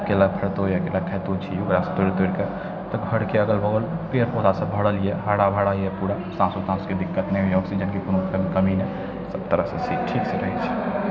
केला खाइतो छी तोड़ि तोड़िके तऽ घरके अगल बगल पेड़े पौधा सब भरल यऽ हरा भरा यऽ पूरा साँसो ताँसो के दिक्कत नहि यऽ ऑक्सीजनके कोनो तरहके कमी नहि सब तरहसँ ठीकसँ रहै छी